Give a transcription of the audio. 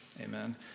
Amen